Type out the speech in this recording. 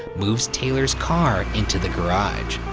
moves taylor's car into the garage.